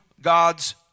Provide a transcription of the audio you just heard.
God's